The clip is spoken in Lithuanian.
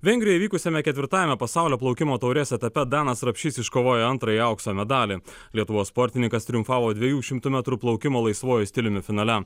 vengrijoje vykusiame ketvirtajame pasaulio plaukimo taurės etape danas rapšys iškovojo antrąjį aukso medalį lietuvos sportininkas triumfavo dviejų šimtų metrų plaukimo laisvuoju stiliumi finale